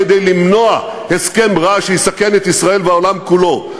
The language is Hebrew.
כדי למנוע הסכם רע שיסכן את ישראל והעולם כולו.